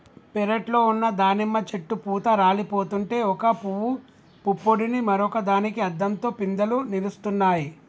పెరట్లో ఉన్న దానిమ్మ చెట్టు పూత రాలిపోతుంటే ఒక పూవు పుప్పొడిని మరొక దానికి అద్దంతో పిందెలు నిలుస్తున్నాయి